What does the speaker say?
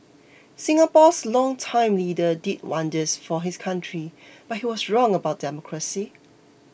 Singapore's longtime leader did wonders for his country but he was wrong about democracy